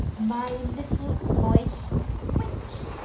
my little voice witch.